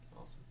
Awesome